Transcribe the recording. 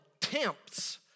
tempts